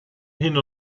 hin